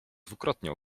dwukrotnie